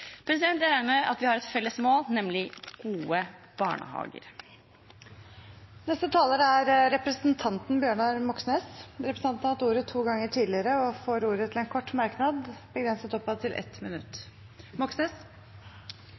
Jeg regner med at vi har et felles mål, nemlig gode barnehager. Representanten Bjørnar Moxnes har hatt ordet to ganger tidligere og får ordet til en kort merknad, begrenset til 1 minutt.